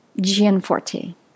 Gianforte